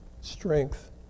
strength